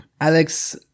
alex